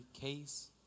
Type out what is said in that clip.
case